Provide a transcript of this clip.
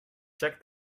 check